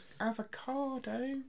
avocado